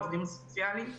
העובדים הסוציאליים,